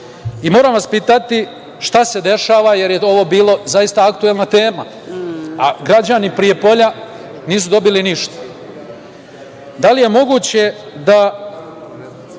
turizam. Moram vas pitati – šta se dešava? Ovo je bila zaista aktuelna tema, a građani Prijepolja nisu dobili ništa. Da li je moguće da